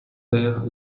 taire